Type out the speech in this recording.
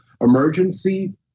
emergency